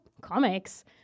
comics